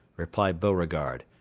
replied beauregard.